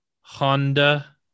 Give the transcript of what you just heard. honda